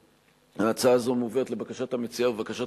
ההצעה הזאת מובאת לבקשת המציעה ולבקשת